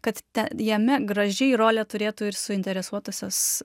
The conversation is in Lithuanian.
kad te jame gražiai rolę turėtų ir suinteresuotosios